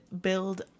build